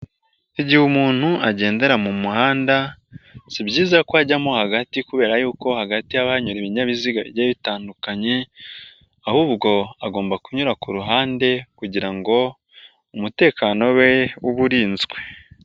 Igihe umuntu agendera mu muhanda si byiza ko ajyamo hagati kubera yuko hagati haba hanyura ibinyabiziga bigiye bitandukanye, ahubwo agomba kunyura ku ruhande kugira ngo umutekano we ube urinzwe.